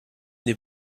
n’ai